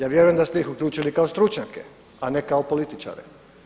Ja vjerujem da ste ih uključili kao stručnjake, a ne kao političare.